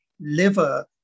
Liver